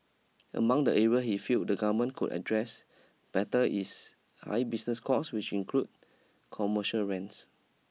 among the area he feel the government could address better is high business costs which include commercial rents